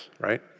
right